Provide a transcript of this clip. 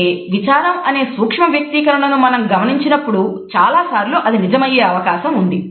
అంటే విచారం అనే సూక్ష్మ వ్యక్తీకరణను మనం గమనించినప్పుడు చాలాసార్లు అది నిజమయ్యే అవకాశం ఉంది